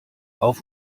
auf